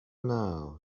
now